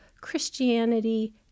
Christianity